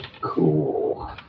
Cool